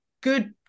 good